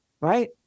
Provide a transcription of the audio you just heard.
Right